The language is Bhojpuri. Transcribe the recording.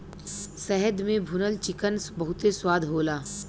शहद में भुनल चिकन बहुते स्वाद होला